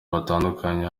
batandukanye